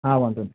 હા વાંધો નહીં